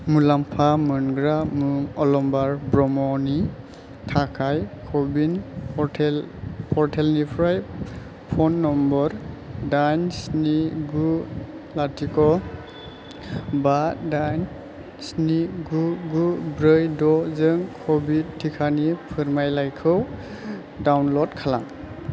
मुलामफा मोनग्रा मुं अलंबार ब्रह्मनि थाखाय कविन पर्टेलनिफ्राय फन नमबर दाइन स्नि गु लाथिख बा दाइन स्नि गु गु ब्रै द जों कभिद थिखानि फोरमायलाइखौ डाउनलड खालाम